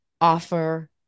Offer